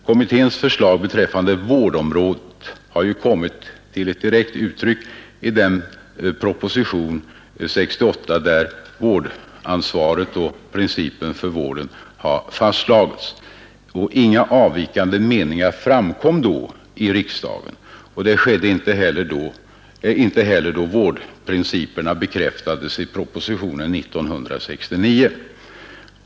Kommitténs förslag beträffande vårdområdet har kommit till uttryck i propositionen 7 år 1968, där vårdansvaret och principen för vården har fastlagts. Inga avvikande meningar framkom då i riksdagen, och det skedde inte heller då vårdprinciperna bekräftades i propositionen 111 år 1969.